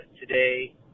today